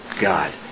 God